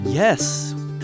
Yes